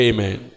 Amen